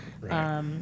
right